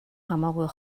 хамаагүй